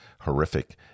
horrific